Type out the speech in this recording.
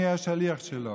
אני השליח שלו.